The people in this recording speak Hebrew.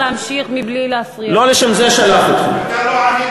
לא ענית